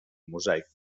mosaic